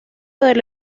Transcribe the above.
del